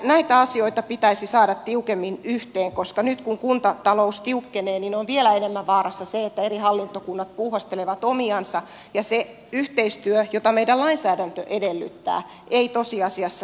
näitä asioita pitäisi saada tiukemmin yhteen koska nyt kun kuntatalous tiukkenee on vielä enemmän vaarana se että eri hallintokunnat puuhastelevat omiansa ja se yhteistyö jota meidän lainsäädäntömme edellyttää ei tosiasiassa tapahdu